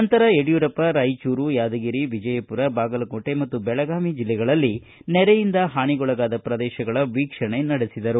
ನಂತರ ಯಡಿಯೂರಪ್ಪ ರಾಯಚೂರು ಯಾದಗಿರಿ ವಿಜಯಪುರ ಬಾಗಲಕೋಟೆ ಮತ್ತು ಬೆಳಗಾವಿ ಜಿಲ್ಲೆಗಳಲ್ಲಿ ನೆರೆಯಿಂದ ಹಾನಿಗೊಳಗಾದ ಪ್ರದೇಶಗಳ ವೀಕ್ಷಣೆ ನಡೆಸಿದರು